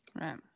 right